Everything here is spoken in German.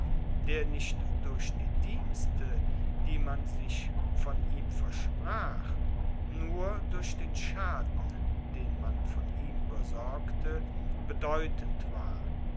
der nicht durch die dienste die man sich von ihm versprach nur durch den schaden den man von ihm besorgte bedeutend war